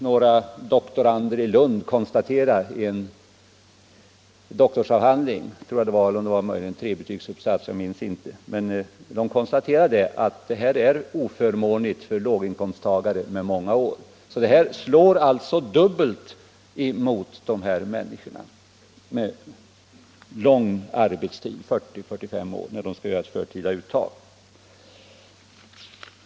Några doktorander i Lund har även konstaterat i en doktorsavhandling — eller om det möjligen var en trebetygsuppsats — att detta är oförmånligt för låginkomsttagare med många års arbetsinsats. Det här förslaget slår alltså dubbelt mot människor med lång arbetstid, 40-45 år, när de skall göra förtida uttag.